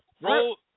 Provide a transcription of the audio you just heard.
Roll